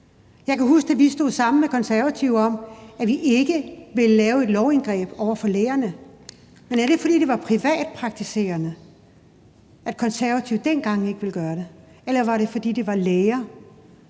Jeg kan huske, da vi stod sammen med Konservative om, at vi ikke ville lave et lovindgreb over for lægerne. Men er det, fordi det var privatpraktiserende, at Konservative dengang ikke ville gøre det, eller var det, fordi det var læger?